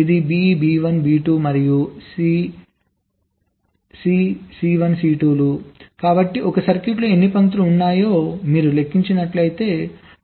ఇది BB1B2 మరియు ఇది C మరియు C 1 C 2 కాబట్టి ఒక సర్క్యూట్లో ఎన్ని పంక్తులు ఉన్నాయో మీరు లెక్కించినట్లయితే